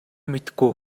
мэдэхгүй